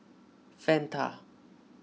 Fanta